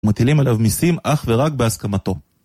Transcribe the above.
מטילים עליו מיסים אך ורק בהסכמתו.